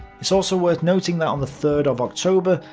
it's also worth noting that on the third of october,